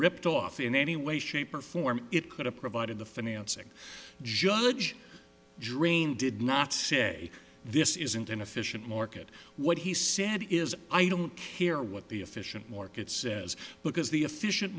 ripped off in any way shape or form it could have provided the financing judge drain did not say this isn't an efficient market what he said is i don't care what the efficient market says because the efficient